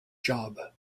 job